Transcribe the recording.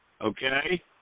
Okay